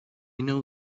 know